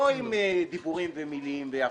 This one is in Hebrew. לא עם דיבורים והבטחות.